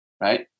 right